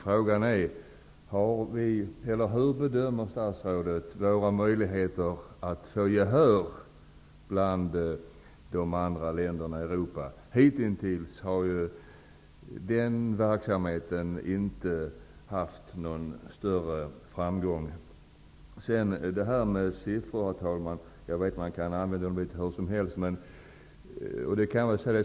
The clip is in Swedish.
Men frågan är: Hur bedömer statsrådet våra möjigheter att få gehör bland de andra länderna i Europa? Hittills har ju den verksamheten inte haft någon större framgång. Herr talman! Jag vet att man kan använda siffror litet hur som helst.